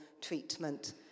treatment